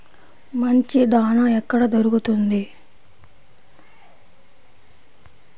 మంచి దాణా ఎక్కడ దొరుకుతుంది?